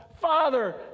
father